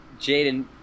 Jaden